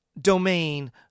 domain